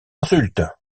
insulte